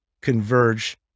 converge